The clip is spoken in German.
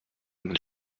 mit